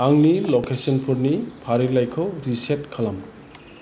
आंनि ल'केशनफोरनि फारिलाइखौ रिसेट खालाम